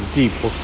tipo